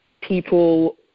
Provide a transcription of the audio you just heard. people